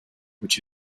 which